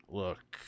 look